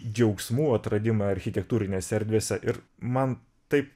džiaugsmų atradimą architektūrinėse erdvėse ir man taip